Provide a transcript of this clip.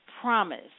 promise